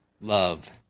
love